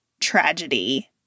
tragedy